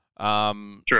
True